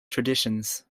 traditions